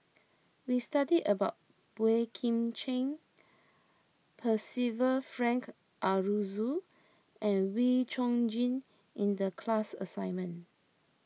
we studied about Boey Kim Cheng Percival Frank Aroozoo and Wee Chong Jin in the class assignment